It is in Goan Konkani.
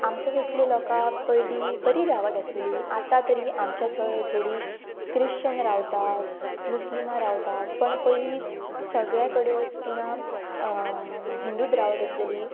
आमच्या दिसली लोकां पयलीं बरी रावत आसलेली आतां तरी आमच्या थंय थोडी क्रिश्चन रावतात मुस्लिमां रावतात पण पयलीं सगळे कडेन तिंगा हिंदूच रावत आसलेली